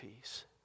peace